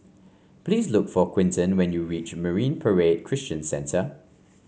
please look for Quinton when you reach Marine Parade Christian Centre